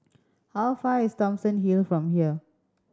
how far is Thomson Hill from here